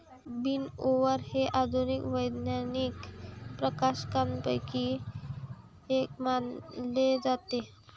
विनओवर हे आधुनिक वैज्ञानिक प्रकाशनांपैकी एक मानले जाते